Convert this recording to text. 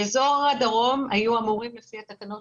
באזור הדרום היו אמורים לפי התקנות